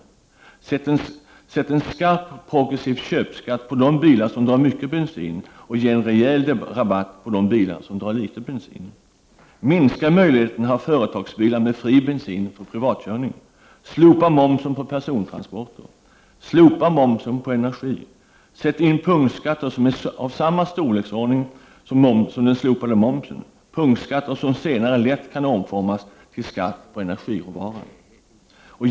0 Sätt en skarp progressiv köpskatt på de bilar som drar mycket bensin och ge en rejäl rabatt på de bilar som drar litet bensin. 0 Sätt in punktskatter som är av samma storleksordning som den slopade momsen — punktskatter som senare lätt kan omformas till skatt på energiråvara.